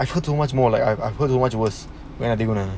I've heard too much more like I've I've heard wanted was the other thing lah